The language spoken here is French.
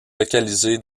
localisé